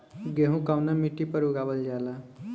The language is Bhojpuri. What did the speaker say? गेहूं कवना मिट्टी पर उगावल जाला?